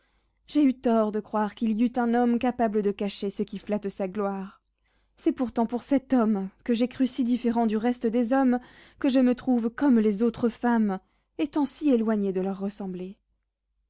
j'ai eu tort de croire qu'il y eût un homme capable de cacher ce qui flatte sa gloire c'est pourtant pour cet homme que j'ai cru si différent du reste des hommes que je me trouve comme les autres femmes étant si éloignée de leur ressembler